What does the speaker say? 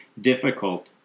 difficult